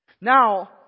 Now